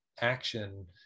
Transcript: action